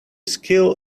skill